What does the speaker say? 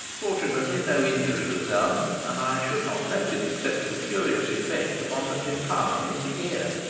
fortunately no injury was done and i should not note it except for the curious effect upon the tympanum of the ear.